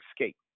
escape